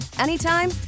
anytime